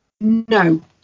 No